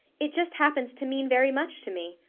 it just happens to mean very much to me.